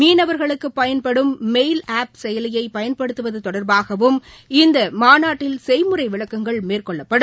மீனவா்களுக்கு பயன்படும் mail app செயலியை பயன்படுத்தவது தொடர்பாகவும் இந்த மாநாட்டில் செய்முறை விளக்கங்கள் மேற்கொள்ளப்படும்